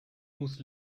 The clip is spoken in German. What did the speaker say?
muss